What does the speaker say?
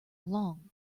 long